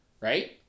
Right